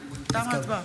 ההצבעה.